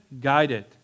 guided